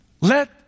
Let